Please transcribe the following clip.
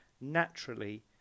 naturally